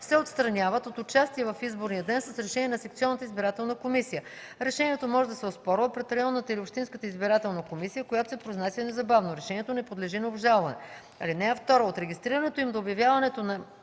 се отстраняват от участие в изборния ден с решение на секционната избирателна комисия. Решението може да се оспорва пред районната или общинската избирателна комисия, която се произнася незабавно. Решението не подлежи на обжалване.